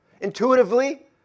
intuitively